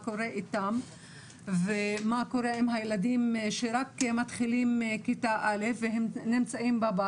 שקורה אתם ומה קורה עם הילדים שרק מתחילים ללמוד בכיתה א' והם בבית.